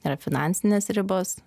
yra finansinės ribos